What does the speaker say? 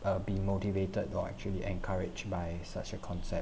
uh be motivated or actually encouraged by such a concept